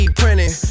printing